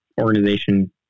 organization